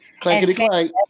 Clankety-clank